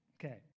Okay